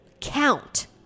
count